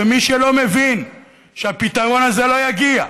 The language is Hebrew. ומי שלא מבין שהפתרון הזה לא יגיע,